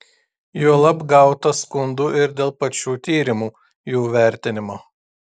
juolab gauta skundų ir dėl pačių tyrimų jų vertinimo